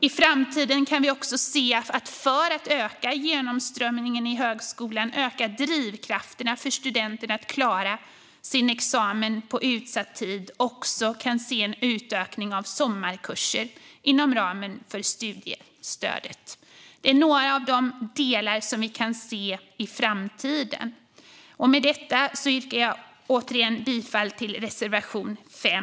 I framtiden kan vi, för att öka genomströmningen i högskolan och öka drivkrafterna för studenterna att klara sin examen på utsatt tid, se en utökning av sommarkurser inom ramen för studiestödet. Det är några av de delar som vi kan se i framtiden. Med detta yrkar jag återigen bifall till reservation 5.